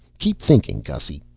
keep thinking, gussy.